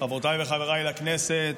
חברותיי וחבריי לכנסת,